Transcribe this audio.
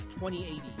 2080